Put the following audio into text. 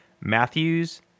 Matthews